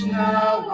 now